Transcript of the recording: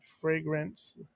fragrance